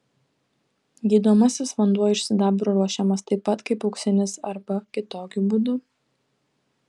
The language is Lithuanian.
gydomasis vanduo iš sidabro ruošiamas taip pat kaip auksinis arba kitokiu būdu